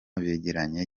begeranye